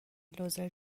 لوزر